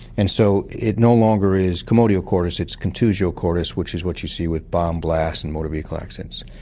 and so it no longer is commotio cordis, it's contusio cordis, which is what you see with bomb blasts and motor vehicle accidents.